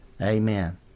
Amen